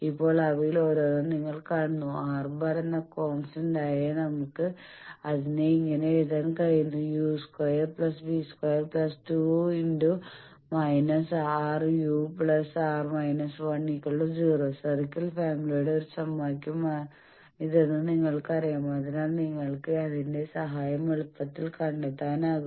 ഇപ്പോൾ അവയിൽ ഓരോന്നും നിങ്ങൾ കാണുന്നത് R⁻എന്ന കോൺസ്റ്റന്റായാണ് നമുക്ക് അതിനെ ഇങ്ങനെ എഴുതാൻ കഴിയുന്നു u2v22 −R u R−1 0 circle ഫാമിലിയുടെ ഒരു സമവാക്യമാണിതെന്ന് നിങ്ങൾക്കറിയാം അതിനാൽ നിങ്ങൾക്ക് ഇതിന്റെ സഹായം എളുപ്പത്തിൽ കണ്ടെത്താനാകും